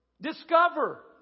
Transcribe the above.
discover